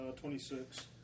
Twenty-six